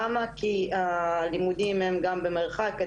זאת מפני שהלימודים הם גם במרחק,